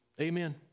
Amen